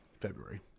February